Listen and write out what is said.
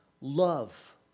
Love